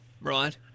Right